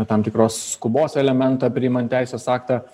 tam tikros skubos elementą priimant teisės aktą